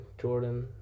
Jordan